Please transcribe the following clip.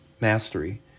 mastery